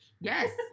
Yes